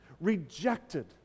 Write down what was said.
rejected